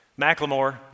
McLemore